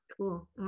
Cool